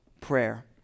prayer